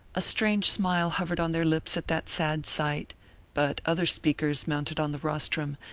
a strange smile hovered on their lips at that sad sight but other speakers, mounted on the rostrum,